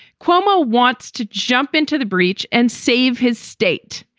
cuomo wants to jump into the breach and save his state.